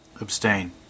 Abstain